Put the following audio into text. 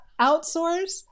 outsource